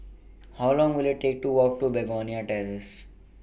How Long Will IT Take to Walk to Begonia Terrace